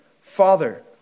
father